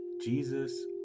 Jesus